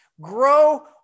grow